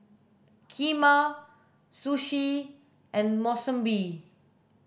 Kheema Sushi and Monsunabe